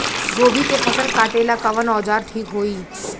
गोभी के फसल काटेला कवन औजार ठीक होई?